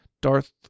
Darth